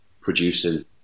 producing